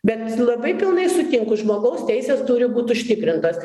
bent labai pilnai sutinku žmogaus teisės turi būt užtikrintos